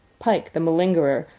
pike, the malingerer,